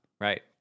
Right